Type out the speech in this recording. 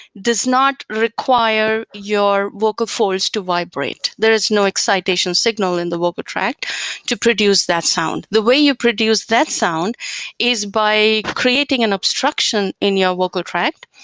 does not require your vocal folds to vibrate. there is no excitation signal in the vocal tract to product that sound. the way you produce that sound is by creating an obstruction in your vocal tract,